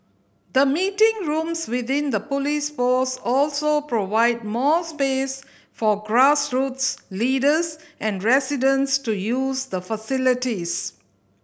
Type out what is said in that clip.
the meeting rooms within the police post also provide more space for grassroots leaders and residents to use the facilities